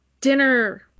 dinner